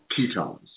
ketones